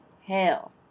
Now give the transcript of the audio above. hell